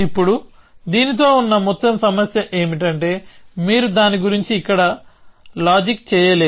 ఇప్పుడుదీనితో ఉన్న మొత్తం సమస్య ఏమిటంటే మీరు దాని గురించి ఇక్కడ లాజిక్ చేయలేరు